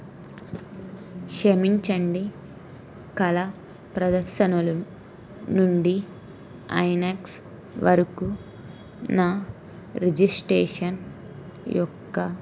క్షమించండి కళా ప్రదర్శనల నుండి ఐనాక్స్ వరకు నా రిజిస్టేషన్ యొక్క